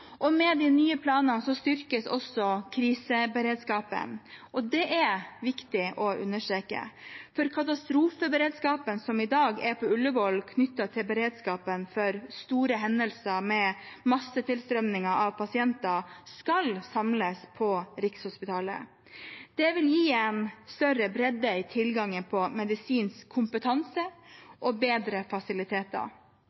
Med de nye planene styrkes også kriseberedskapen, og det er viktig å understreke, for katastrofeberedskapen som i dag er på Ullevål knyttet til beredskapen for store hendelser med massetilstrømninger av pasienter, skal samles på Rikshospitalet. Det vil gi en større bredde i tilgangen på medisinsk kompetanse